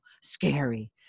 scary